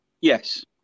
Yes